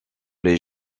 les